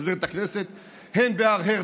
לפזר את הכנסת, הן בהר הרצל,